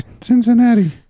Cincinnati